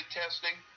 testing